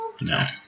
no